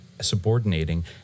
subordinating